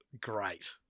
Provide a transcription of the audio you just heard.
great